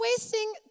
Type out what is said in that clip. wasting